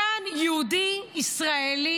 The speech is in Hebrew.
כאן, יהודי ישראלי,